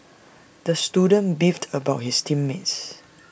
the student beefed about his team mates